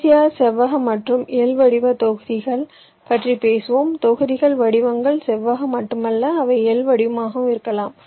கடைசியாக செவ்வக மற்றும் L வடிவ தொகுதிகள் பற்றி பேசுவோம் தொகுதி வடிவங்கள் செவ்வகம் மட்டுமல்ல அவை L வடிவமாகவும் இருக்கலாம்